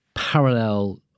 parallel